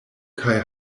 kaj